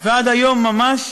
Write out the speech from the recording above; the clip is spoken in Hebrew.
ועד היום ממש,